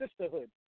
sisterhood